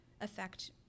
affect